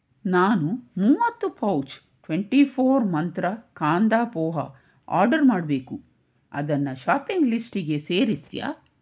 ನಾನು ಮೂವತ್ತು pouch twenty four Mantra kanda poha order ಮಾಡಬೇಕು ಅದನ್ನು ಶಾಪಿಂಗ್ ಲಿಸ್ಟಿಗೆ ಸೇರಿಸ್ತೀಯಾ